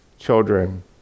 Children